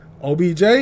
OBJ